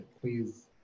Please